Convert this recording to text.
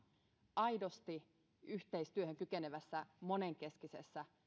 aidosti yhteistyöhön kykenevässä monenkeskisessä